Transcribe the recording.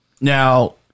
Now